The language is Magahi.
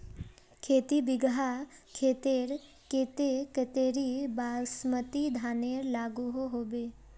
खेती बिगहा खेतेर केते कतेरी बासमती धानेर लागोहो होबे?